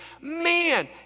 Man